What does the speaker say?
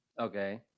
Okay